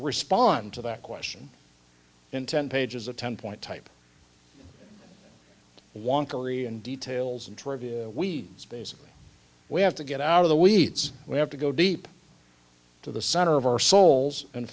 respond to that question in ten pages of ten point type wonkily and details and trivial weeds basically we have to get out of the weeds we have to go deep to the center of our souls and